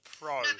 pro